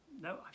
no